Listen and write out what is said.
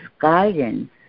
guidance